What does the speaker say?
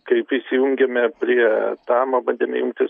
kai prisijungėme prie tamo bandėme jungtis